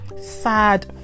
Sad